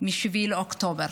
מ-7 באוקטובר.